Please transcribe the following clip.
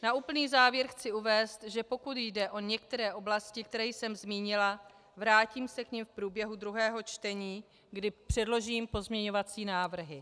Na úplný závěr chci uvést, že pokud jde o některé oblasti, které jsem zmínila, vrátím se k nim v průběhu druhého čtení, kdy předložím pozměňovací návrhy.